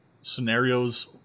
scenarios